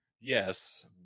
Yes